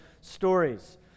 stories